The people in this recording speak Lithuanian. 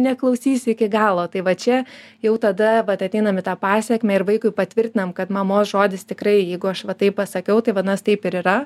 neklausysiu iki galo tai va čia jau tada vat ateinam į tą pasekmę ir vaikui patvirtinam kad mamos žodis tikrai jeigu aš va taip pasakiau tai vadinas taip ir yra